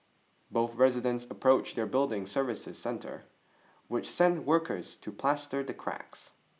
both residents approached their building services centre which sent workers to plaster the cracks